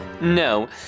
No